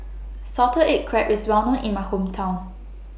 Salted Egg Crab IS Well known in My Hometown